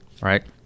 right